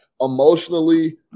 emotionally